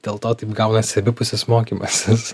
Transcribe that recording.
dėl to taip gaunasi abipusis mokymasis